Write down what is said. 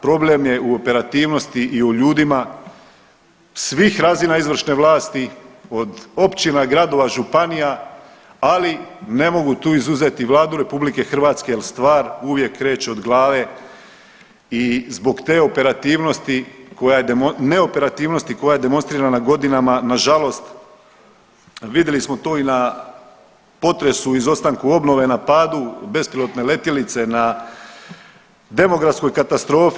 Problem je u operativnosti i u ljudima svih razina izvršne vlasti od općina, gradova, županija ali ne mogu tu izuzeti Vladu Republike Hrvatske jer stvar uvijek kreće od glave i zbog te operativnosti, neoperativnosti koja je demonstrirana godinama na žalost vidjeli smo to i na potresu, izostanku obnove, na padu bespilotne letjelice, na demografskoj katastrofi.